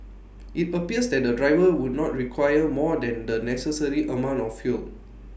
IT appears that the driver would not require more than the necessary amount of fuel